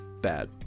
bad